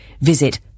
visit